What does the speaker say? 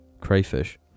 crayfish